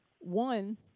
One